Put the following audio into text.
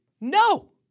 No